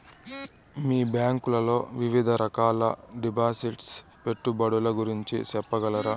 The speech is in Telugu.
మీ బ్యాంకు లో వివిధ రకాల డిపాసిట్స్, పెట్టుబడుల గురించి సెప్పగలరా?